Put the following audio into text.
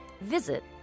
visit